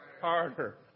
harder